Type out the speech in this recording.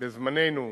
בזמננו,